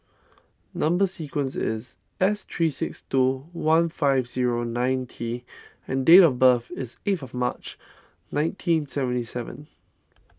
Number Sequence is S three six two one five zero nine T and date of birth is eighth of March nineteen seventy seven